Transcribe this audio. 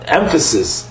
emphasis